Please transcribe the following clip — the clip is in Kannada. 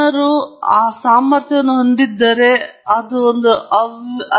ಜನರು ಆ ಸಾಮರ್ಥ್ಯವನ್ನು ಹೊಂದಿದ್ದರೆ ಅದು ಒಂದು ಅವ್ಯವಸ್ಥೆ ಹಕ್ಕಿದೆ